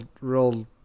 real